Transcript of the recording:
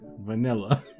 Vanilla